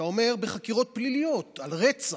אתה אומר: בחקירות פליליות, על רצח,